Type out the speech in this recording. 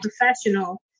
professional